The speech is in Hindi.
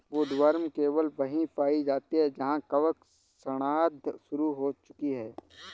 वुडवर्म केवल वहीं पाई जाती है जहां कवक सड़ांध शुरू हो चुकी है